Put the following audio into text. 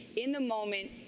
in the moment,